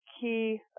key